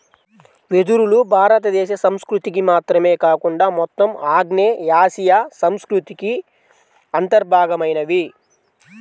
వెదురులు భారతదేశ సంస్కృతికి మాత్రమే కాకుండా మొత్తం ఆగ్నేయాసియా సంస్కృతికి అంతర్భాగమైనవి